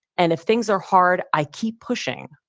and if things are hard, i keep pushing.